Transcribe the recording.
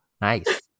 Nice